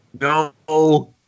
No